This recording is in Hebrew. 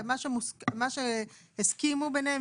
מה שהסכימו ביניהם,